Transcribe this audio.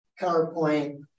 PowerPoint